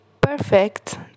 perfect